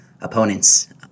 opponents